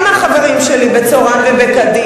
לא מהחברים שלי בקדימה,